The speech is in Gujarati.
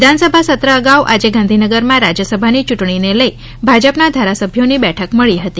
વિધાનસભા સત્ર અગાઉ આજે ગાંધીનગરમાં રાજ્યસભાની ચૂંટણી ને લઈ ભાજપના ધારાસભ્યોની બેઠક મળી હતી